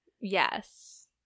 yes